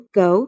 go